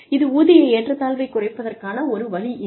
இது ஊதிய ஏற்றத்தாழ்வை குறைப்பதற்கான ஒரு வழி இது